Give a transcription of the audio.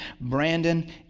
Brandon